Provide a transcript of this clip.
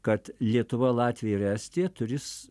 kad lietuva latvija ir estija turis